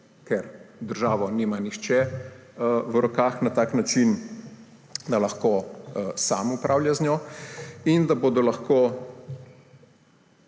ker države nima nihče v rokah na tak način, da lahko sam upravlja z njo, in da bodo lahko